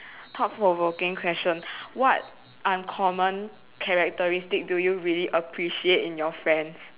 thought provoking question what uncommon characteristic do you really appreciate in your friends